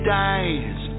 dies